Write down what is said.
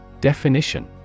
Definition